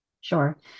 Sure